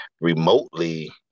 remotely